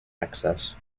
access